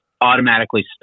automatically